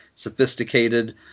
sophisticated